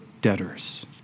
debtors